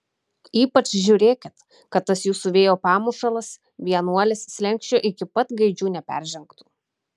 ypač žiūrėkit kad tas jūsų vėjo pamušalas vienuolis slenksčio iki pat gaidžių neperžengtų